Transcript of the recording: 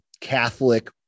Catholic